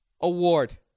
award